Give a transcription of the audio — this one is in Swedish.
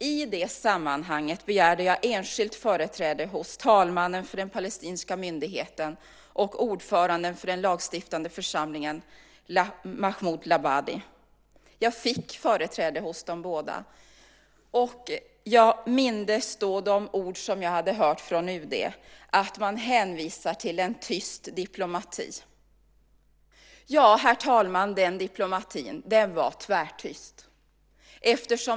I det sammanhanget begärde jag enskilt företräde hos talmannen för den palestinska myndigheten och ordföranden för den lagstiftande församlingen, Mahmoud Labadi. Jag fick företräde hos dem båda. Jag mindes då de ord som jag hade hört från UD, att man hänvisade till en tyst diplomati. Ja, herr talman, den diplomatin var tvärtyst.